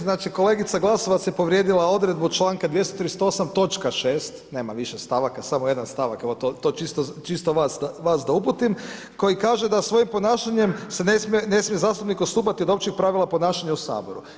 Znači kolegica Glasovac je povrijedila odredbu članka 238. točka 6. Nema više stavaka, samo jedan stavak, evo to čisto vas da uputim, koji kaže da svojim ponašanjem ne smije zastupnik odstupati od općih pravila ponašanja u Saboru.